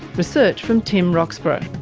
research from tim roxburgh,